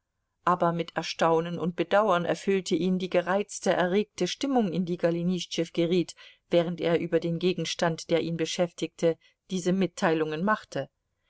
aber mit erstaunen und bedauern erfüllte ihn die gereizte erregte stimmung in die golenischtschew geriet während er über den gegenstand der ihn beschäftigte diese mitteilungen machte